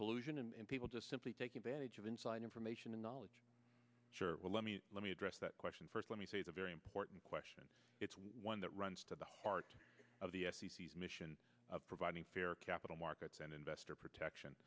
collusion and people just simply take advantage of inside information and knowledge sure well let me let me address that question first let me say it's a very important question and it's one that runs to the heart of the mission of providing fair capital markets and investor protection